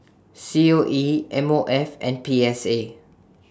C O E M O F and P S A